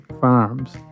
farms